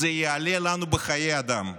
זה יעלה לנו בחיי אדם,